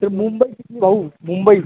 तर मुंबई जितली भाऊ मुंबई